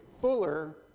fuller